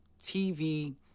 TV